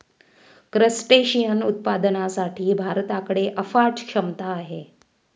crustacean उत्पादनासाठी भारताकडे अफाट क्षमता आहे